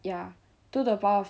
ya to the power of